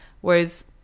Whereas